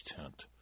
tent